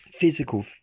physical